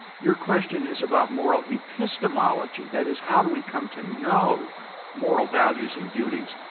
your question is about moral epistemology that is, how do we come to know moral values and duties?